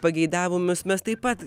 pageidavimus mes taip pat